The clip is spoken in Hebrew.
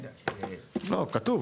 כתוב,